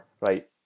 right